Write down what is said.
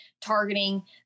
targeting